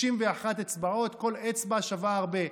61 אצבעות, כל אצבע שווה הרבה.